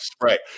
Right